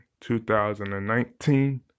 2019